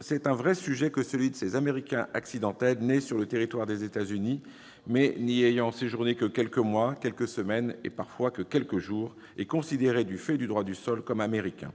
C'est un vrai sujet que celui de ces « Américains accidentels », nés sur le territoire des États-Unis mais n'y ayant séjourné que quelques mois, quelques semaines, voire quelques jours, et considérés, du fait du droit du sol, comme Américains.